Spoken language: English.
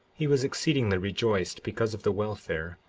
he was exceedingly rejoiced because of the welfare,